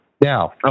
Now